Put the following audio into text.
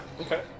Okay